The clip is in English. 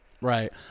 Right